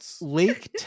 Lake